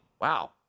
Wow